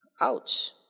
Ouch